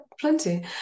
plenty